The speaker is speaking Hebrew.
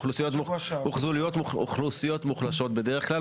אוכלוסיות מוחלשות בדרך כלל,